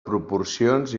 proporcions